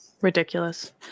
Ridiculous